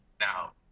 Now